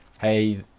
hey